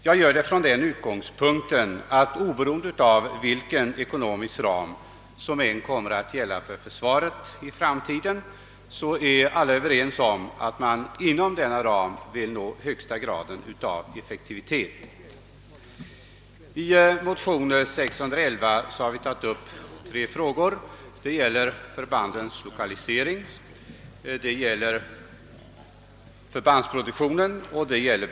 Jag gör detta från den utgångspunkten att oberoende av vilken ekonomisk ram som än kommer att gälla för försvaret i framtiden är alla överens om att man inom denna ram vill uppnå högsta grad av effektivitet. I motion nr 611 i denna kammare har vi tagit upp tre frågor. De gäller förbandens lokalisering, förbandsproduktionen och befälsordningen.